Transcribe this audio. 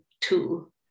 tool